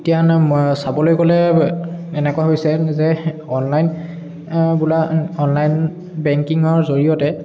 এতিয়া চাবলৈ গ'লে এনেকুৱা হৈছে যে অনলাইন বোলা অনলাইন বেংকিঙৰ জৰিয়তে